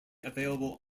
available